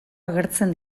agertzen